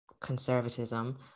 conservatism